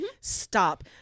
stop